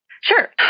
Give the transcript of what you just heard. Sure